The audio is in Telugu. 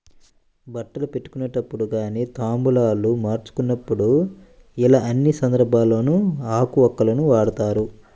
బట్టలు పెట్టుకునేటప్పుడు గానీ తాంబూలాలు మార్చుకునేప్పుడు యిలా అన్ని సందర్భాల్లోనూ ఆకు వక్కలను వాడతారు